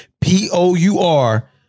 P-O-U-R